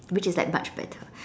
which is like much better